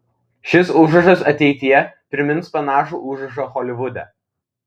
šis užrašas ateityje primins panašų užrašą holivude